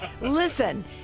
Listen